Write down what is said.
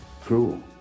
cruel